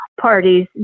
parties